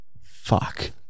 Fuck